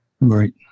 Right